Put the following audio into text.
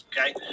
okay